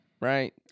right